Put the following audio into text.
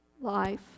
life